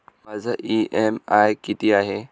माझा इ.एम.आय किती आहे?